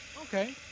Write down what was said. Okay